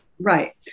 Right